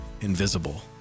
invisible